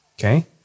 Okay